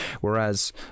whereas